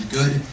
good